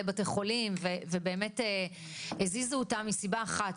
בתי חולים ובאמת הזיזו אותם מסיבה אחת,